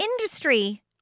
industry